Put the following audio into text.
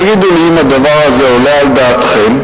תגידו לי אם הדבר הזה עולה על דעתכם,